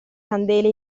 candele